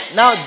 now